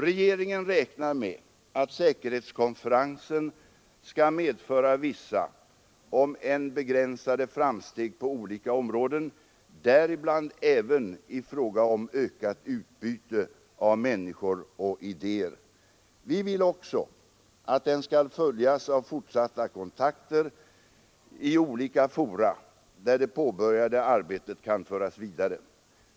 Regeringen räknar med att säkerhetskonferensen skall medföra vissa, om än begränsade framsteg på olika områden, däribland även i fråga om ett ökat utbyte av människor och idéer. Vi vill också att den skall följas av fortsatta kontakter i olika fora där det påbörjade arbetet kan föras vidare.